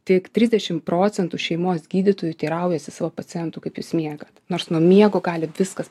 tik trisdešimt procentų šeimos gydytojų teiraujasi savo pacientų kaip jūs miegat nors nuo miego gali viskas